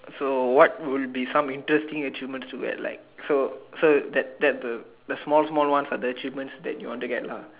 so what would be some interesting achievement to get like so so that that the the small small one for the achievement that you want to get lah